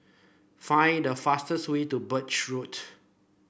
find the fastest way to Birch Road